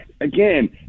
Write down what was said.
again